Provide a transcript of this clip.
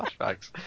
flashbacks